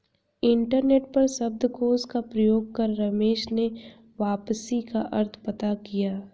internet पर शब्दकोश का प्रयोग कर रमेश ने वापसी का अर्थ पता किया